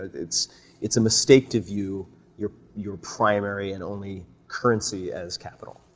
it's it's a mistake to view your your primary and only currency as capital.